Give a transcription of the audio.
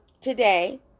today